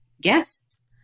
guests